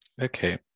Okay